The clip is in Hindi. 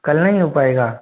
कल नहीं हो पाएगा